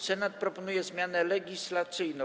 Senat proponuje zmianę legislacyjną.